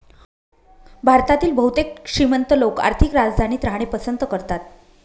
भारतातील बहुतेक श्रीमंत लोक आर्थिक राजधानीत राहणे पसंत करतात